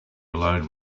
alone